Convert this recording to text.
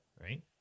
right